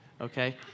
okay